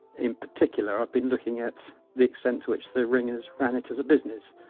in particular, i've been looking at the extent to which the ringers ran it as a business